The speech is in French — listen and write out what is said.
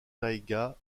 taïga